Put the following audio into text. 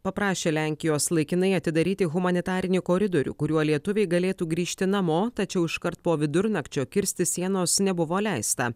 paprašė lenkijos laikinai atidaryti humanitarinį koridorių kuriuo lietuviai galėtų grįžti namo tačiau iškart po vidurnakčio kirsti sienos nebuvo leista